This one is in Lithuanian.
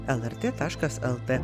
lrt taškas lt